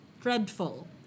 dreadful